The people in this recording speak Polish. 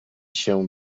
się